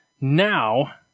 now